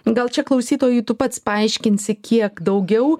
gal čia klausytojui tu pats paaiškinsi kiek daugiau